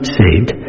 saved